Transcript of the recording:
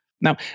Now